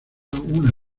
una